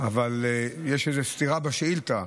אבל יש איזו סתירה בשאילתה,